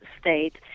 state